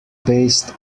based